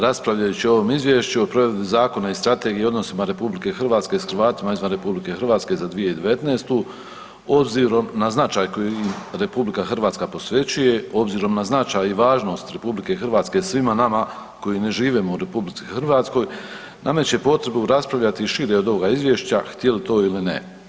Raspravljajući o ovom izvješću o provedbi Zakona i strategije o odnosima RH s Hrvatima izvan RH za 2019. obzirom na značaj kojim im RH posvećuje i obzirom na značaj i važnost RH svima nama koji ne živimo u RH, nameće potrebu raspravljati i šire od ovoga izvješća htjeli to ili ne.